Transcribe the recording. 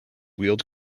wheeled